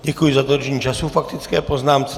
Děkuji za dodržení času k faktické poznámce.